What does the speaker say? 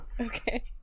Okay